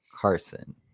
Carson